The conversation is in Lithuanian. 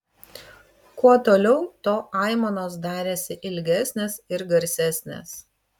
kuo toliau tuo aimanos darėsi ilgesnės ir garsesnės